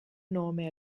nome